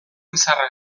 izarra